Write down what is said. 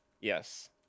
yes